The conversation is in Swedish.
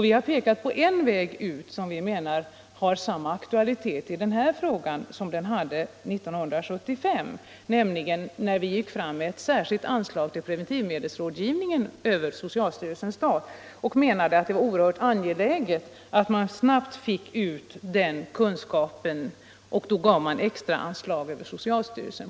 Vi har pekat på en väg som användes 1975, då det gällde ett särskilt anslag till preventivmedelsrådgivningen över socialstyrelsens stat. Riksdagen ansåg att det var angeläget att man snabbt fick ut den kunskapen och gav extra anslag via socialstyrelsen.